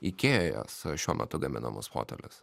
ikėjos šiuo metu gaminamus fotelius